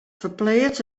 ferpleats